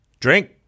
Drink